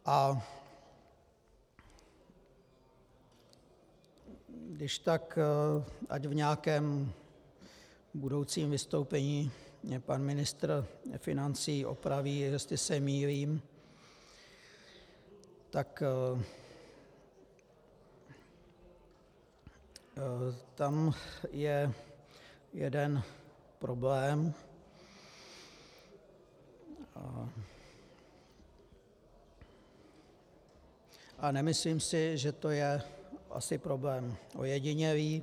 A když tak ať v nějakém budoucím vystoupení mě pan ministr financí opraví, jestli se mýlím, tak tam je jeden problém, a nemyslím si, že je to problém ojedinělý.